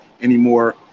anymore